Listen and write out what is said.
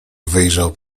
wyjrzał